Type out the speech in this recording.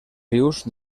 rius